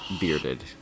bearded